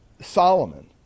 Solomon